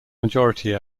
majority